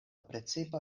precipa